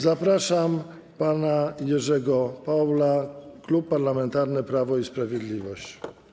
Zapraszam pana Jerzego Paula, Klub Parlamentarny Prawo i Sprawiedliwość.